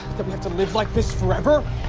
that we have to live like this forever?